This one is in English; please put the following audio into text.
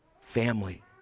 family